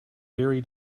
very